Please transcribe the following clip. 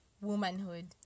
womanhood